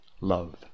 love